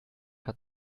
hat